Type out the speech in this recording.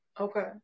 Okay